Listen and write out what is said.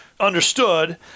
Understood